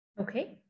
Okay